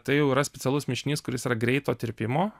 tai jau yra specialus mišinys kuris yra greito tirpimo